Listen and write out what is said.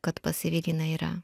kad pas everiną yra